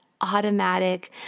automatic